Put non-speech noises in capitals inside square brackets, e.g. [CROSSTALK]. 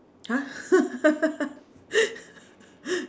!huh! [LAUGHS]